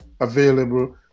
available